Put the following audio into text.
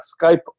Skype